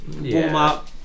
warm-up